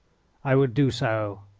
i will do so,